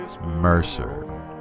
Mercer